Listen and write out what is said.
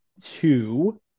two